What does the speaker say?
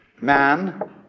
man